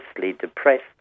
depressed